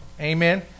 Amen